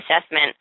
assessment